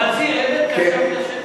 חצי אמת קשה מהשקר.